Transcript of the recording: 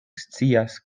scias